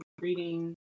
reading